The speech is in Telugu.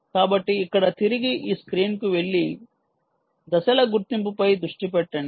కాబట్టి ఇక్కడ తిరిగి ఈ స్క్రీన్కు వెళ్లి దశల గుర్తింపుపై దృష్టి పెట్టండి